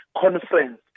conference